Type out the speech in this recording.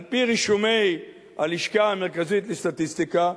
על-פי רישומי הלשכה המרכזית לסטטיסטיקה,